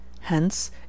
Hence